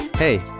Hey